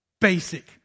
Basic